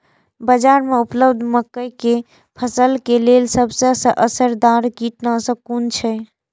बाज़ार में उपलब्ध मके के फसल के लेल सबसे असरदार कीटनाशक कुन छै?